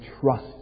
trust